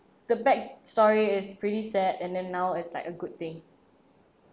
the back story is pretty sad and then now is like a good thing